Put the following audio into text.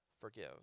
forgive